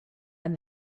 and